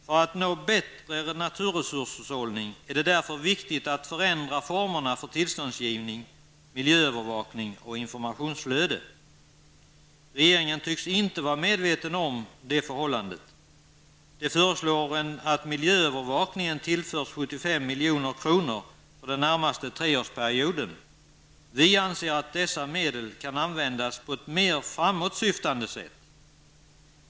För att man skall nå bättre naturresurshushållning är det därför viktigt att förändra formerna för tillståndsgivning, miljöövervakning och informationsflöde. Regeringen tycks inte vara medveten om detta förhållande. Den föreslår att miljöövervakningen tillförs 75 milj.kr. för den närmaste treårsperioden. Vi anser att dessa medel kan användas på ett mer framåtsyftande sätt.